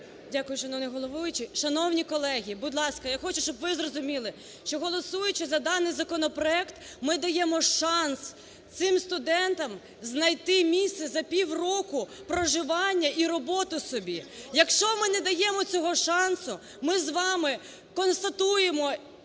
будь ласка, я хочу, щоб ви зрозуміли, що голосуючи за даний законопроект, ми даємо шанс цим студентам знайти місце, за півроку проживання, і роботу собі. Якщо ми не даємо цього шансу, ми з вами констатуємо